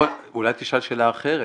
אולי תשאל שאלה אחרת,